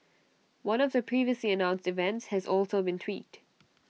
one of the previously announced events has also been tweaked